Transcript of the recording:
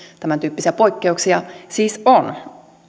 tämäntyyppisiä poikkeuksia siis on